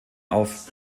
auf